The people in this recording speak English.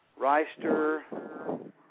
Reister